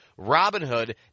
Robinhood